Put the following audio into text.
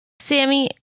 Sammy